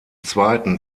zweiten